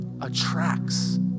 attracts